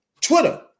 Twitter